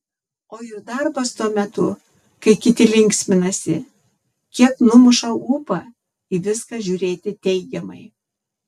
o ir darbas tuo metu kai kiti linksminasi kiek numuša ūpą į viską žiūrėti teigiamai